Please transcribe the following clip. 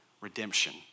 redemption